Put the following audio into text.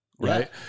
right